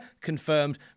confirmed